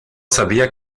sabía